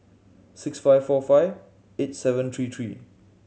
six five four five eight seven three three